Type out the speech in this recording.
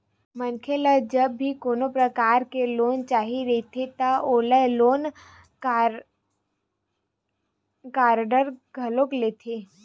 मनखे ल जब भी कोनो परकार के लोन चाही रहिथे त ओला लोन गांरटर घलो लगथे